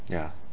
ya